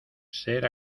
ser